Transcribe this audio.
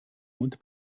und